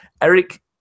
Eric